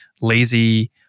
lazy